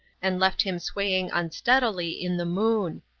and left him swaying unsteadily in the moon.